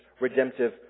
redemptive